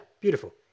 beautiful